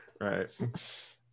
right